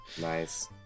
nice